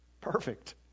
perfect